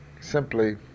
simply